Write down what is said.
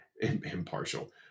Impartial